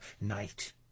night